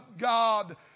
God